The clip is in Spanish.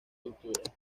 culturas